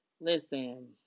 Listen